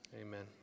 amen